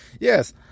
yes